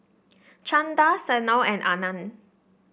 Chanda Sanal and Anand